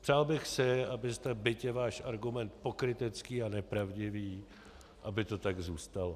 Přál bych si, byť je váš argument pokrytecký a nepravdivý, aby to tak zůstalo.